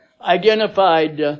identified